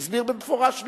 הוא הסביר במפורש שלא.